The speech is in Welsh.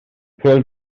pêl